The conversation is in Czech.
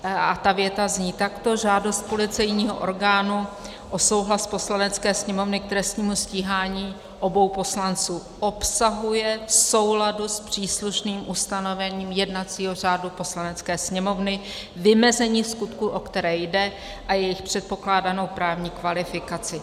A ta věta zní takto: Žádost policejního orgánu o souhlas Poslanecké sněmovny k trestnímu stíhání obou poslanců obsahuje v souladu s příslušným ustanovením jednacího řádu Poslanecké sněmovny vymezení skutků, o které jde, a jejich předpokládanou právní kvalifikaci.